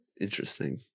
Interesting